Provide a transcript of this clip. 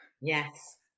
Yes